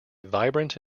vibrant